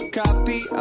copy